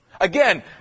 Again